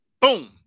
boom